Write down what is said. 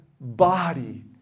body